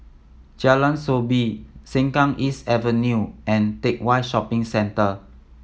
Jalan Soo Bee Sengkang East Avenue and Teck Whye Shopping Center